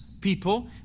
people